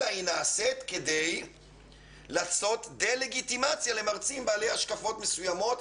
אלא כי היא נעשית כדי לעשות דה-לגיטימציה למרצים בעלי השקפות מסוימות,